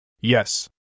Yes